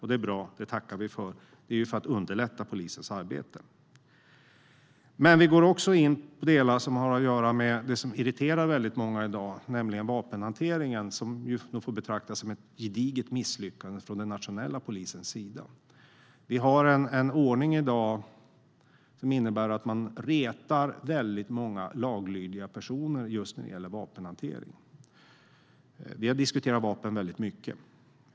Det är bra; det tackar vi för. Det handlar om att underlätta polisens arbete. Vi går också in på något som irriterar många i dag, nämligen vapenhanteringen. Den får nog betraktas som ett gediget misslyckande från den nationella polisen. Dagens ordning för vapenhantering innebär att man retar upp många laglydiga personer. Vi har diskuterat vapen mycket.